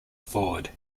ford